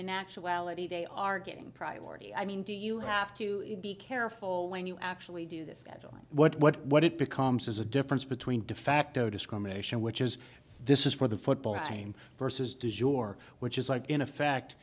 in actuality they are getting priority i mean do you have to be careful when you actually do this at all and what what it becomes is a difference between de facto discrimination which is this is for the football game versus does your which is like in